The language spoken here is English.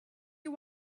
you